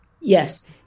Yes